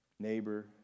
neighbor